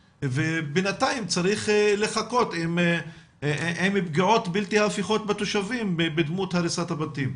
ובינתיים צריך לחכות עם פגיעות בלתי הפיכות בתושבים בדמות הריסת הבתים.